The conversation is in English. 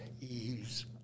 ease